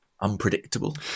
unpredictable